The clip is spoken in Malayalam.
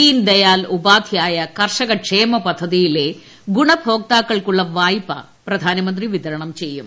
ദീൻ ദയാൽ ഉപാധ്യായ കർഷക ക്ഷേമ പദ്ധതിയിലെ ഗുണഭോക്താക്കൾക്കുളള വായ്പ പ്രധാനമന്ത്രി വിതരണം ചെയ്യും